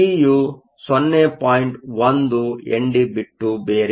1 ND ಬಿಟ್ಟು ಬೇರೆನು ಅಲ್ಲ